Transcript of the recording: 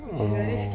!huh!